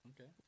Okay